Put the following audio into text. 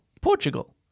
Portugal